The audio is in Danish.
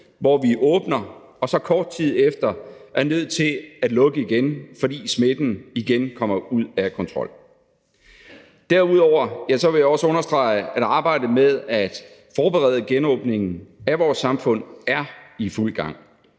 hvor vi åbner og så kort tid efter er nødt til at lukke ned igen, fordi smitten igen kommer ud af kontrol. Derudover vil jeg også gerne understrege, at arbejdet med at forberede genåbningen af vores samfund er i fuld gang.